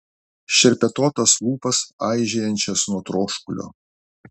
šerpetotas lūpas aižėjančias nuo troškulio